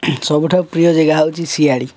ସବୁଠାରୁ ପ୍ରିୟ ଜାଗା ହେଉଛି ସିଆଳି